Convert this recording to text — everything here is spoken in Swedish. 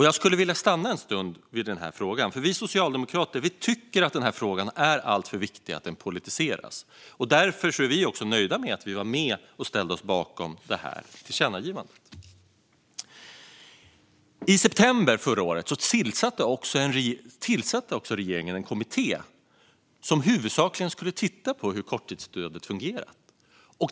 Jag skulle vilja stanna en stund vid den här frågan. Vi socialdemokrater tycker att denna fråga är alltför viktig för att politiseras. Därför är vi nöjda med att vi var med och ställde oss bakom det här tillkännagivandet. I september förra året tillsatte regeringen en kommitté som huvudsakligen skulle titta på hur korttidsstödet fungerat.